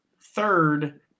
Third